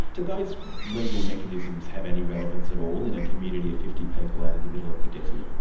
do those legal mechanisms have any relevance at all in a community of fifty people out in the middle of the desert?